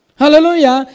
Hallelujah